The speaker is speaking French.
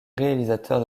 réalisateur